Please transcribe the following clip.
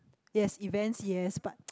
yes events yes but